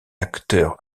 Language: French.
acteur